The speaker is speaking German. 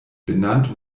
benannt